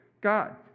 God